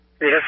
Yes